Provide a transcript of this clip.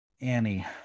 Annie